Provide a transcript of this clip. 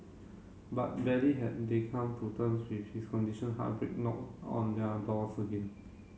but barely had they come to terms with his condition heartbreak knocked on their doors again